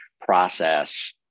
process